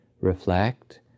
reflect